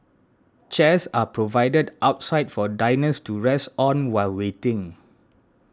chairs are provided outside for diners to rest on while waiting